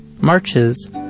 marches